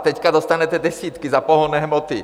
Teď dostanete desítky za pohonné hmoty.